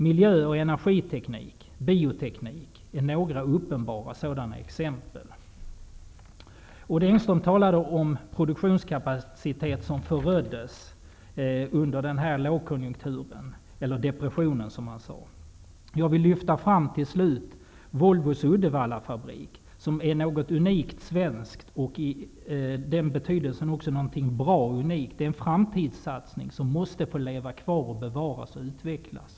Miljö och energiteknik och bioteknik är några uppenbara sådana exempel. Odd Engström talade om produktionskapacitet som föröddes i lågkonjunkturen, eller depressionen, som han sade. Jag vill lyfta fram Volvos Uddevallafabrik som någonting unikt svenskt, i betydelsen någonting bra. Det är en framtidssatsning som måste få leva kvar, bevaras och utvecklas.